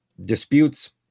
disputes